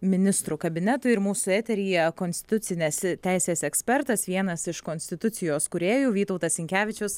ministrų kabinetui ir mūsų eteryje konstitucinės teisės ekspertas vienas iš konstitucijos kūrėjų vytautas sinkevičius